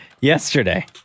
yesterday